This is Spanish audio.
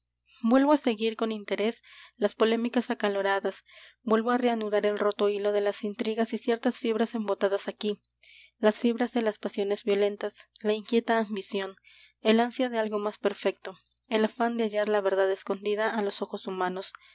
vuelvo á seguir con interés las polémicas acaloradas vuelvo á reanudar el roto hilo de las intrigas y ciertas fibras embotadas aquí las fibras de las pasiones violentas la inquieta ambición el ansia de algo más perfecto el afán de hallar la verdad escondida á los ojos humanos